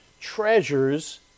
treasures